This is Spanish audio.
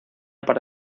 para